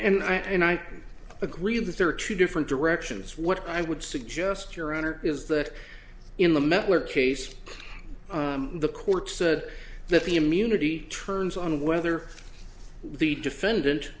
and i and i agree that there are two different directions what i would suggest your honor is that in the met where case the court said that the immunity trims on whether the defendant